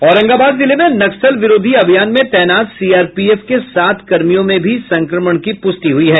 औरंगाबाद जिले में नक्सल विरोधी अभियान में तैनात सीआरपीएफ के सात कर्मियों में भी संक्रमण की पूष्टि हुई है